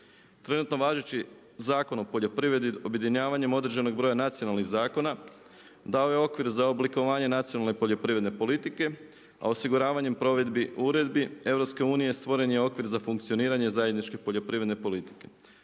Trenutno važeći Zakon o poljoprivredi objedinjavanjem određenog broja nacionalnih zakona dao je okvir za oblikovanje nacionalne poljoprivredne politike a osiguravanjem provedbi uredbi EU stvoren je okvir za funkcioniranje zajedničke poljoprivredne politike.